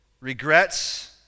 regrets